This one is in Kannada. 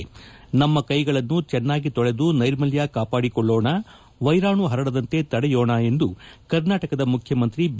ನಮ್ಮ ಕೈಗಳನ್ನು ಚೆನ್ನಾಗಿ ತೊಳೆದು ನೈರ್ಮಲ್ಯ ಕಾಪಾಡಿಕೊಳ್ಳೋಣ ವೈರಾಣು ಹರಡದಂತೆ ತಡೆಯೋಣ ಎಂದು ಕರ್ನಾಟಕ ಮುಖ್ಯಮಂತ್ರಿ ಬಿ